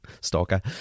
stalker